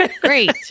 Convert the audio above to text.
Great